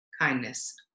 kindness